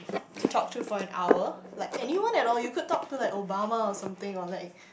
to talk to for an hour like anyone at all you could talk to like Obama or something or like